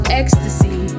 ecstasy